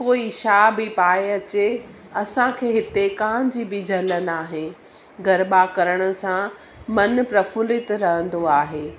कोई छा बि पाए अचे असांखे हिते कानि जी बि जलनि आहे गरबा करण सां मन प्रफुलित रहंदो आहे